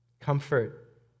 Comfort